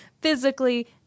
physically